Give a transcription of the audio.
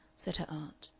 said her aunt.